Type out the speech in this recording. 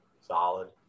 solid